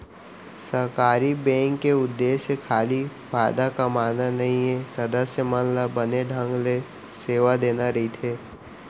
सहकारी बेंक के उद्देश्य खाली फायदा कमाना नइये, सदस्य मन ल बने ढंग ले सेवा देना रइथे